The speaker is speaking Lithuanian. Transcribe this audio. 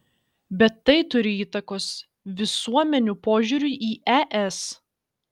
bet tai turi įtakos visuomenių požiūriui į es